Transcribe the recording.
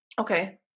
okay